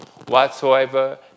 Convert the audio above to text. whatsoever